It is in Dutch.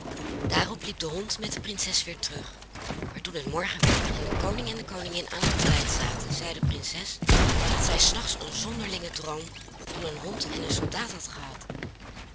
daarop liep de hond met de prinses weer terug maar toen het morgen werd en de koning en de koningin aan het ontbijt zaten zei de prinses dat zij s nachts een zonderlingen droom van een hond en een soldaat had gehad